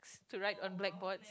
to write on blackboards